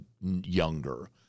younger